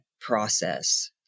process